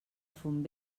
font